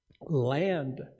land